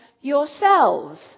yourselves